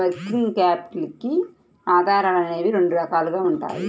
working capital కి ఆధారాలు అనేవి రెండు రకాలుగా ఉంటాయి